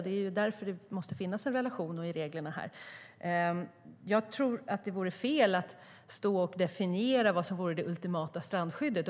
Det är därför det måste finnas en relation till reglerna. Det vore fel att här stå och definiera vad som är det ultimata strandskyddet.